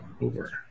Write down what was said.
Over